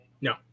No